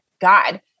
God